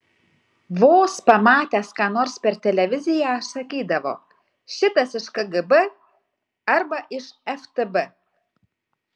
vos pamatęs ką nors per televiziją sakydavo šitas iš kgb arba iš ftb